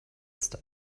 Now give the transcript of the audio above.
ist